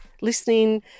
listening